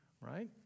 right